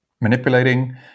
manipulating